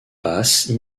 basse